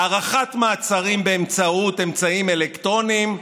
הארכת מעצרים באמצעות אמצעים אלקטרוניים.